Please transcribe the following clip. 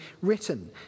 written